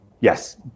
yes